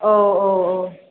औऔऔ